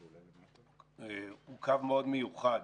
הוא קו מאוד מיוחד